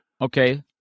Okay